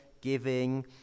giving